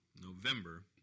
November